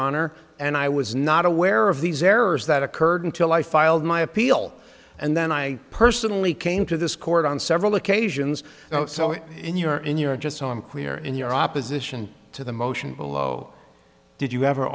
honor and i was not aware of these errors that occurred until i filed my appeal and then i personally came to this court on several occasions so in your in your just so i'm clear in your opposition to the motion below did you